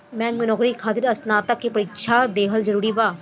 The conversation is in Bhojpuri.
बैंक में नौकरी खातिर स्नातक के परीक्षा दिहल जरूरी बा?